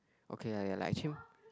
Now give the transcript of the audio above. okay lah ya lah actually